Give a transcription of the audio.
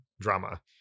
drama